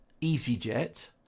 EasyJet